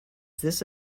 this